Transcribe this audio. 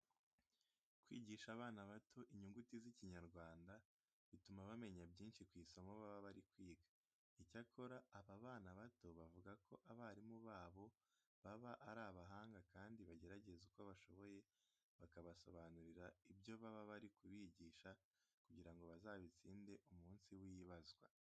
Kwigisha abana bato inyuguti z'Ikinyarwanda bituma bamenya byinshi ku isomo baba bari kwiga. Icyakora aba bana bato bavuga ko abarimu babo baba ari abahanga kandi bagerageza uko bashoboye bakabasobanurira ibyo baba bari kubigisha kugira ngo bazabitsinde umunsi w'ibazwa.